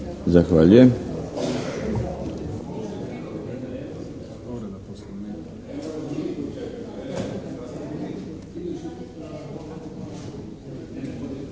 Zahvaljujem.